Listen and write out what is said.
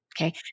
okay